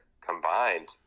combined